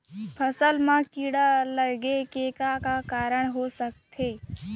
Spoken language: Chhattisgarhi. फसल म कीड़ा लगे के का का कारण ह हो सकथे?